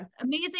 amazing